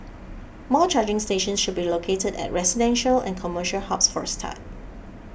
more charging stations should be located at residential and commercial hubs for a start